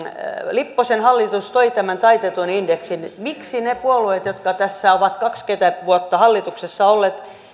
lipposen hallitus toi tämän taitetun indeksin niin miksi ne puolueet jotka tässä ovat kaksikymmentä vuotta hallituksessa olleet